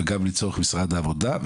וגם לצורך משרד העבודה,